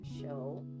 show